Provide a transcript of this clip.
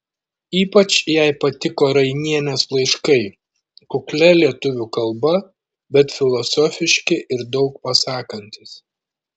ypač jai patiko rainienės laiškai kuklia lietuvių kalba bet filosofiški ir daug pasakantys